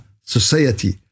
society